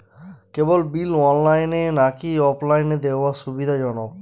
কেবল bill অনলাইনে নাকি অফলাইনে দেওয়া সুবিধাজনক?